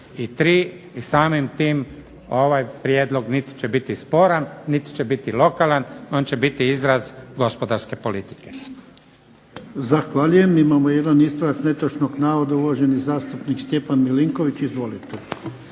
33. i samim tim ovaj prijedlog niti će biti sporan, niti će biti lokalan. On će biti izraz gospodarske politike.